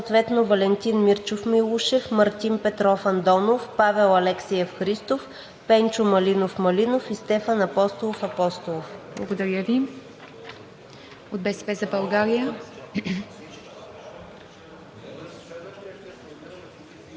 за членове съответно Валентин Мирчов Милушев, Мартин Петров Андонов, Павел Алексиев Христов, Пенчо Малинов Малинов и Стефан Апостолов Апостолов. ПРЕДСЕДАТЕЛ ИВА МИТЕВА: Благодаря